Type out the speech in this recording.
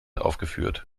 aufgeführt